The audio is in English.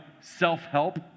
self-help